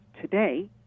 today